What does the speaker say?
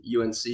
UNC